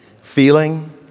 feeling